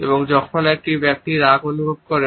এবং যখন একজন ব্যক্তি রাগ অনুভব করেন